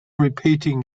repeating